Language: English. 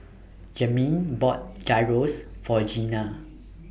Jamin bought Gyros For Gina